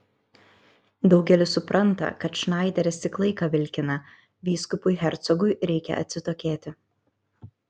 daugelis supranta kad šnaideris tik laiką vilkina vyskupui hercogui reikia atsitokėti